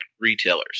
retailers